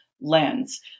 lens